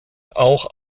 auch